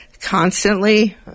constantly